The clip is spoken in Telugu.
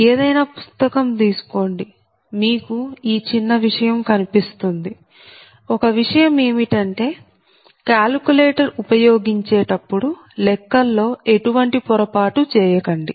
ఏదైనా పుస్తకం తీసుకోండి మీకు ఈ చిన్న విషయం కనిపిస్తుంది ఒక విషయం ఏమిటంటే క్యాలిక్యులేటర్ ఉపయోగించేటప్పుడు లెక్కలో ఎటువంటి పొరపాటు చేయకండి